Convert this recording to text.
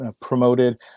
promoted